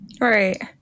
Right